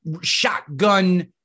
shotgun